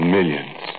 Millions